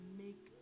make